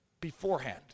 beforehand